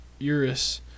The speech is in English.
Uris